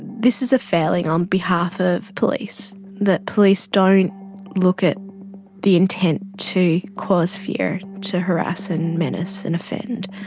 this is a failing on behalf of police that police don't look at the intent to cause fear, to harass and menace and offend.